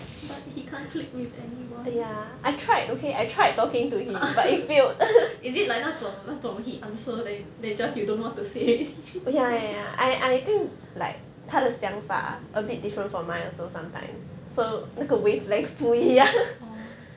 but he can't click with anyone is it like 那种那种 he answer then then just you don't know what to say orh